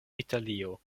italio